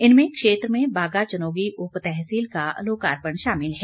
इनमें क्षेत्र में बागा चनोगी उप तहसील का लोकार्पण शामिल है